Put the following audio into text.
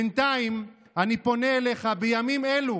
בינתיים, אני פונה אליך בימים אלו